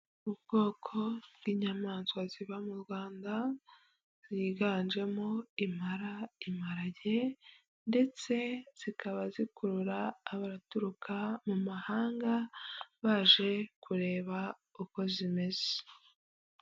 Ubwoko bw'inyamaswa ziba mu Rwanda ziganjemo: impara, imparage ndetse zikaba zikurura abaturuka mu mahanga baje kureba uko zimeze.